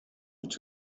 mit